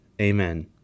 Amen